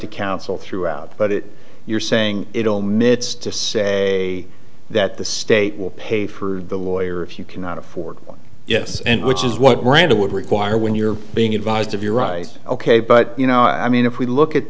to counsel throughout but it you're saying it all minutes to say that the state will pay for the lawyer if you cannot afford one yes and which is what randall would require when you're being advised of your right ok but you know i mean if we look at